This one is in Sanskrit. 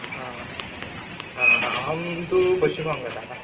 हा हा हा अहं तु पश्चिमवङ्गतः